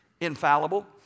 Infallible